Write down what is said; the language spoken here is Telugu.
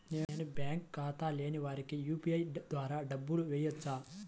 నేను బ్యాంక్ ఖాతా లేని వారికి యూ.పీ.ఐ ద్వారా డబ్బులు వేయచ్చా?